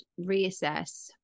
reassess